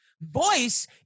voice